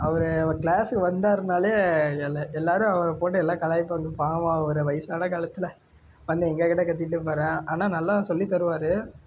அவர் கிளாஸுக்கு வந்தாருன்னாலே எல்லாம் எல்லோரும் அவரை போட்டு எல்லாம் கலாய்ப்பானுங்க பாவம் அவர் வயதான காலத்தில் வந்து எங்கக்கிட்டே கத்திவிட்டு போகிறார் ஆனால் நல்லா சொல்லி தருவார்